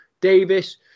Davis